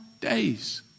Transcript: days